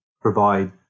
provide